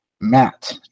Matt